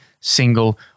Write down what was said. single